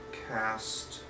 cast